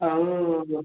ଆଉ